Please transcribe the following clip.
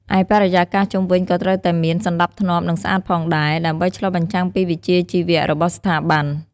ឯបរិយាកាសជុំវិញក៏ត្រូវតែមាន សណ្តាប់ធ្នាប់ និងស្អាតផងដែរ ដើម្បីឆ្លុះបញ្ចាំងពីវិជ្ជាជីវៈរបស់ស្ថាប័ន។